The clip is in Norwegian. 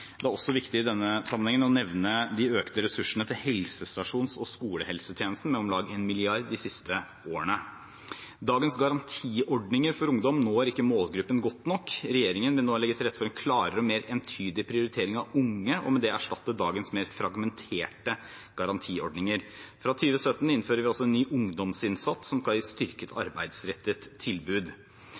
Det er også viktig i denne sammenhengen å nevne de økte ressursene til helsestasjons- og skolehelsetjenesten med om lag 1 mrd. kr de siste årene. Dagens garantiordninger for ungdom når ikke målgruppen godt nok. Regjeringen vil nå legge til rette for en klarere og mer entydig prioritering av unge og med det erstatte dagens mer fragmenterte garantiordninger. Fra 2017 innfører vi en ny ungdomsinnsats som skal gi styrket arbeidsrettet tilbud.